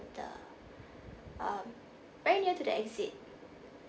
the um very near to the exit